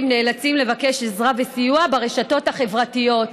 נאלצים לבקש עזרה וסיוע ברשתות החברתיות,